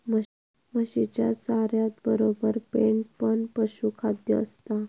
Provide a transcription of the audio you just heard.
म्हशीच्या चाऱ्यातबरोबर पेंड पण पशुखाद्य असता